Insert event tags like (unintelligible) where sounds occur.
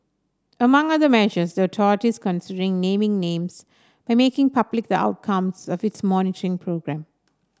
among other measures the (unintelligible) considering naming names by making public outcomes of its monitoring (unintelligible) programme